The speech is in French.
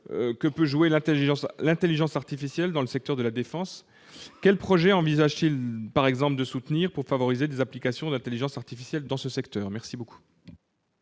que peut jouer l'intelligence artificielle dans le secteur de la défense ? Quels projets envisage-t-il par exemple de soutenir pour favoriser des applications d'intelligence artificielle dans ce secteur ? La parole